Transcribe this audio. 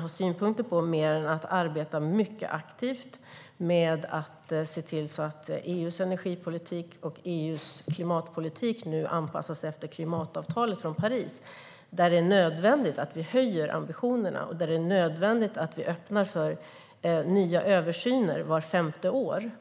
ha synpunkter på mer än att arbeta mycket aktivt med att se till att EU:s energipolitik och EU:s klimatpolitik nu anpassas efter klimatavtalet från Paris, som säger att det är nödvändigt att vi höjer ambitionerna och att vi öppnar för nya översyner vart femte år.